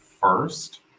first